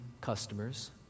customers